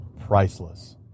priceless